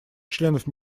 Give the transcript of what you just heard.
членов